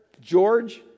George